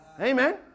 Amen